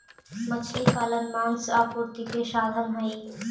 मछली पालन मांस आपूर्ति के साधन हई